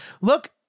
look